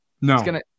No